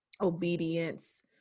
obedience